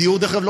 דרך אגב,